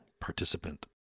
participant